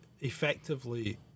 effectively